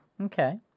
Okay